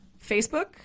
Facebook